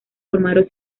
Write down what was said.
formaron